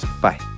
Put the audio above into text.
Bye